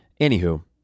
Anywho